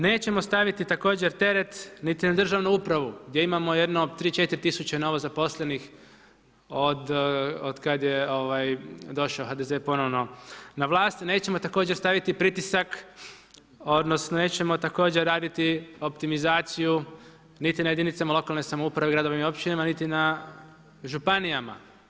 Nećemo staviti također teret niti na državnu upravu gdje imamo jedno 3, 4000 novo zaposlenih otkad je došao HDZ ponovno na vlast, nećemo također staviti pritisak odnosno nećemo također raditi optimizaciju niti na jedinicama lokalne samouprave u gradovima i općinama, niti na županijama.